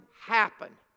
happen